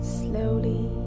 slowly